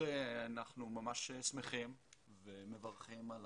ממש שמחים ומברכים על